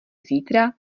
zítra